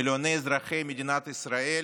מיליוני אזרחי מדינת ישראל,